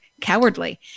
cowardly